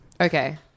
Okay